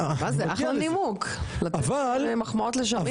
מה, זה אחלה נימוק, לתת מחמאות לשמיר.